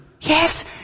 Yes